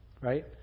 right